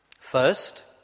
First